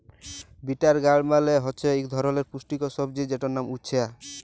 bitter গাড় মালে হছে ইক ধরলের পুষ্টিকর সবজি যেটর লাম উছ্যা